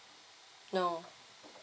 no